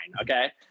Okay